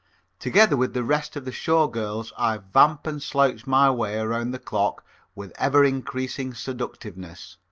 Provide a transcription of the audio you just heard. together with the rest of the show girls i vamp and slouch my way around the clock with ever increasing seductiveness.